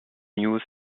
news